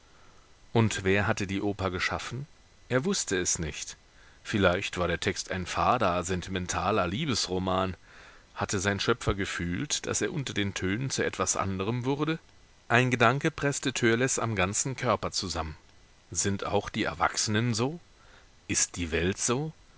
und wer hatte die oper geschaffen er wußte es nicht vielleicht war der text ein fader sentimentaler liebesroman hatte sein schöpfer gefühlt daß er unter den tönen zu etwas anderem wurde ein gedanke preßte törleß am ganzen körper zusammen sind auch die erwachsenen so ist die welt so